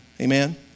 Amen